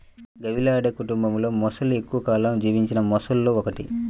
గవియాలిడే కుటుంబంలోమొసలి ఎక్కువ కాలం జీవించిన మొసళ్లలో ఒకటి